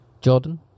Jordan